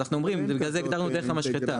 אז בגלל זה הגדרנו דרך המשחטה.